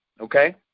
okay